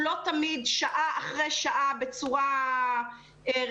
הוא לא תמיד שעה אחרי שעה בצורה רציפה,